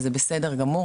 וזה בסדר גמור,